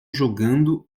jogando